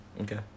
Okay